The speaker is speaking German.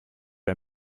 ein